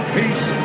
peace